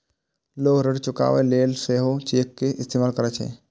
लोग ऋण चुकाबै लेल सेहो चेक के इस्तेमाल करै छै